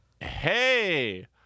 hey